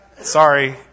sorry